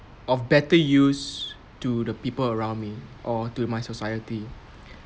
of better use to the people around me or to my society